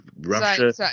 Russia